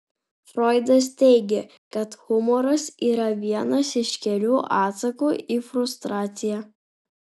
froidas teigė kad humoras yra vienas iš kelių atsakų į frustraciją